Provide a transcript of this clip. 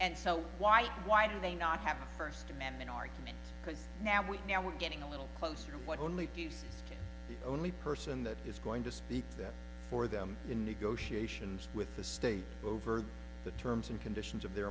and so why why do they not have a first amendment argument because now we now we're getting a little closer what only gives the only person that is going to speak that for them in negotiations with the state over the terms and conditions of their